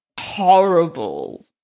Horrible